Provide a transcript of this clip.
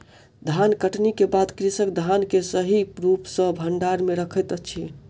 धानकटनी के बाद कृषक धान के सही रूप सॅ भंडार में रखैत अछि